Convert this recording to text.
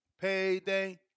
Payday